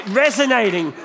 resonating